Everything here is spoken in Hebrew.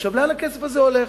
לאן הכסף הזה הולך?